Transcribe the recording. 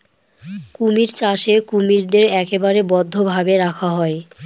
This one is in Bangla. কুমির চাষে কুমিরদের একেবারে বদ্ধ ভাবে রাখা হয়